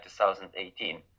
2018